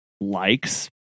likes